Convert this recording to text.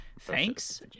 thanks